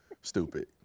stupid